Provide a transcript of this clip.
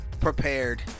prepared